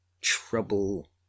trouble